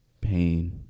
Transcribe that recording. pain